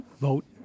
vote